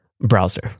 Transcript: browser